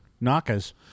knockers